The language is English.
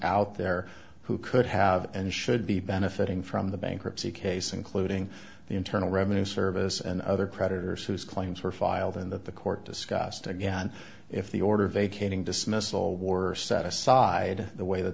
out there who could have and should be benefiting from the bankruptcy case including the internal revenue service and other creditors whose claims were filed in that the court discussed again if the order vacating dismissal war set aside the way that